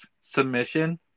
submission